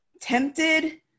tempted